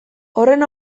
horren